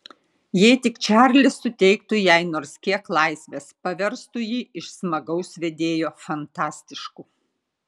jei tik čarlis suteiktų jai nors kiek laisvės paverstų jį iš smagaus vedėjo fantastišku